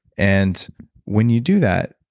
and when you do that,